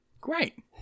Great